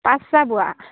পাঁচ চাহ বোৱা